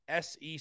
SEC